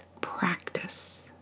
practice